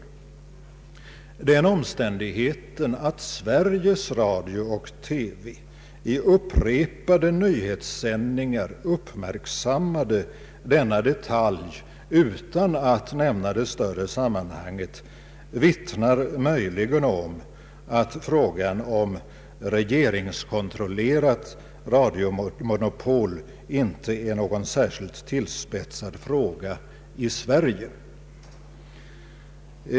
Den omständigheten att Sveriges Radio och TV i upprepade nyhetssändningar uppmärksammade denna detalj utan att nämna det större sammanhanget tyder möjligen på att frågan om regeringskontrollerat radiomonopol inte är särskilt tillspetsad i Sverige.